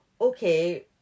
okay